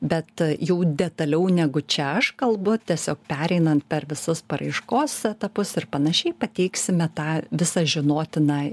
bet jau detaliau negu čia aš kalbu tiesiog pereinant per visus paraiškos etapus ir panašiai pateiksime tą visą žinotiną